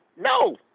no